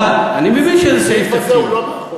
אבל,